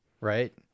right